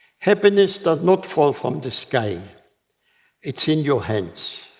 happiness does not fall from the sky it's in your hands.